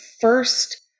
First